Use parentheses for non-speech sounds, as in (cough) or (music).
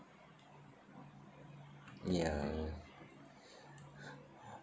ya (breath)